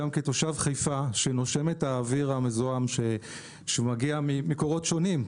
גם כתושב חיפה שנושם את האוויר המזוהם שמגיע ממקורות שונים,